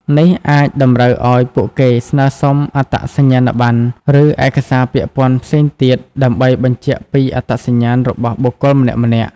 នេះអាចតម្រូវឲ្យពួកគេស្នើសុំអត្តសញ្ញាណប័ណ្ណ ឬឯកសារពាក់ព័ន្ធផ្សេងទៀត ដើម្បីបញ្ជាក់ពីអត្តសញ្ញាណរបស់បុគ្គលម្នាក់ៗ។